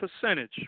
percentage